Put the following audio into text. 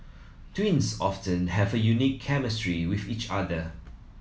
twins often have a unique chemistry with each other